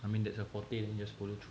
I mean that's a fourteen years old